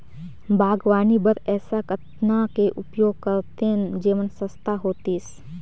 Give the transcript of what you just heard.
बागवानी बर ऐसा कतना के उपयोग करतेन जेमन सस्ता होतीस?